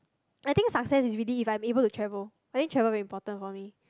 I think success is really if I'm able to travel I think travel very important for me